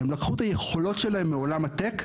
הם לקחו את היכולות שלהם מעולם הטק,